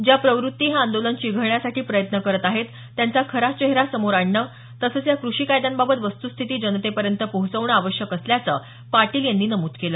ज्या प्रव्तती हे आंदोलन चिघळण्यासाठी प्रयत्न करीत आहेत त्यांचा खरा चेहरा समोर आणण तसंच या कृषी कायद्यांबाबत वस्तुस्थिती जनतेपर्यंत पोहोचवणं आवश्यक असल्याचं पाटील यांनी नमूद केलं